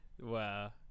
Wow